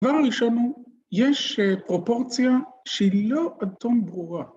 דבר ראשון הוא, יש פרופורציה של לא עד תום ברורה.